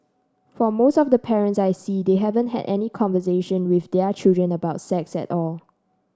for most of the parents I see they haven't had any conversation with their children about sex at all